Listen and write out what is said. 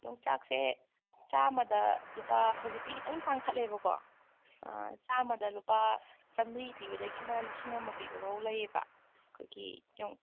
ꯌꯣꯡꯆꯥꯛꯁꯦ ꯆꯥꯝꯃꯥꯗ ꯂꯨꯄꯥ ꯍꯧꯖꯤꯛꯇꯤ ꯈꯤꯇꯪ ꯇꯥꯡꯈꯠꯂꯦꯕꯀꯣ ꯆꯥꯝꯃꯗ ꯂꯨꯄꯥ ꯆꯥꯝꯃꯔꯤ ꯄꯤꯕꯗꯒꯤꯅ ꯂꯤꯁꯤꯡ ꯑꯃ ꯄꯤꯕ ꯐꯥꯎ ꯂꯩꯌꯦꯕ ꯑꯩꯈꯣꯏꯒꯤ